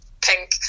pink